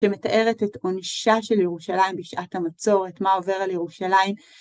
שמתארת את עונשה של ירושלים בשעת המצור, את מה עובר על ירושלים.